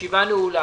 הישיבה נעולה.